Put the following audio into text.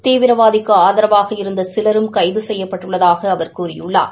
தீவிரவாதிக்கு ஆதரவாக இருந்த சிலரும் கைது செய்யப்பட்டுள்ளதாக அவர் கூறியுள்ளார்